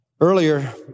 Earlier